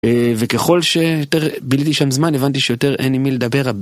וככל שיותר ביליתי שם זמן הבנתי שיותר אין עם מי לדבר.